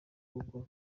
gukora